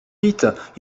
vite